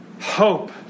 hope